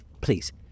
Please